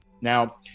now